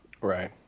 Right